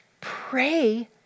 pray